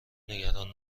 نگران